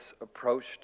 approached